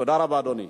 תודה רבה לך, אדוני.